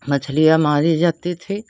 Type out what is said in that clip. मछलियाँ मारी जाती थी